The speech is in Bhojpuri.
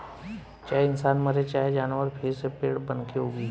चाहे इंसान मरे चाहे जानवर फिर से पेड़ बनके उगी